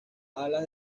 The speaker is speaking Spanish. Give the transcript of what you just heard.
alas